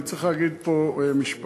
אני צריך להגיד פה משפט.